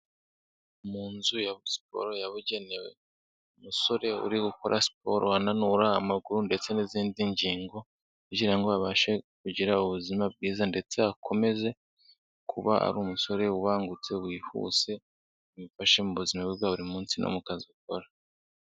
Mu nzu ya sport yabugenewe. Umusore uri gukora sport ananura amaguru ndetse n'izindi ngingo, kugira ngo abashe kugira ubuzima bwiza ndetse akomeze kuba ari umusore ubangutse wihuse ,bimufashe mu buzima bwe bwa buri munsi no mu kazi akora.